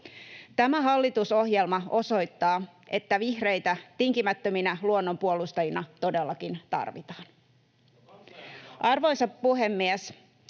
Tämä hallitusohjelma osoittaa, että vihreitä tinkimättöminä luonnon puolustajina todellakin tarvitaan. [Sebastian